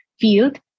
field